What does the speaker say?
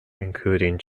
included